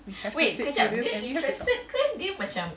we have have to sit through this